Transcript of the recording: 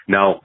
Now